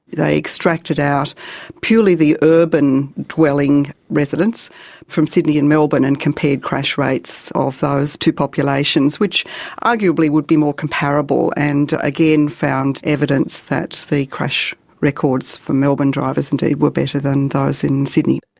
they extracted out purely the urban dwelling residents from sydney and melbourne and compared crash rates of those two populations, which arguably would be more comparable, and again found evidence that the crash records for melbourne drivers indeed were better than those in sydney.